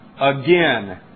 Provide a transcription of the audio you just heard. Again